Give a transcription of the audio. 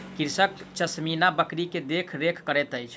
कृषक पश्मीना बकरी के देख रेख करैत अछि